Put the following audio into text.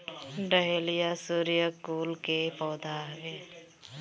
dahlia सूर्यकुल के पौधा हवे